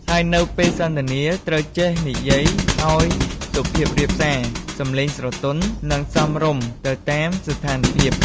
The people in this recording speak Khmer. ហើយនៅពេលសន្ទនាត្រូវចេះនិយាយឲ្យសុភាពរាបសា សម្លេងស្រទន់ និងសមរម្យទៅតាមស្ថានភាព។